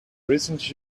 recent